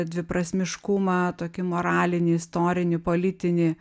dviprasmiškumą tokį moralinį istorinį politinį